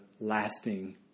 lasting